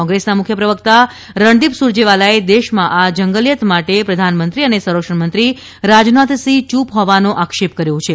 કોંગ્રેસના મુખ્ય પ્રવકતા રણદિપ સુરજેવાલાએ દેશમાં આ જંગલીયત માટે પ્રધાનમંત્રી અને સંરક્ષણમંત્રી રાજનાથસિહ યૂપ હોવાનોં આક્ષેપ કર્યો છે